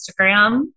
Instagram